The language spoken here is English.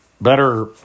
better